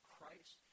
Christ